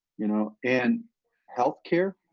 you know, and healthcare?